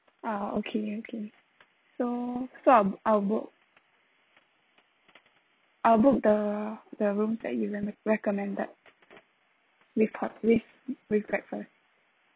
ah okay okay so so I'll I'll book I'll book the the rooms that you remen~ recommend with pot with with breakfast